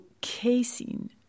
casein